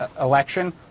election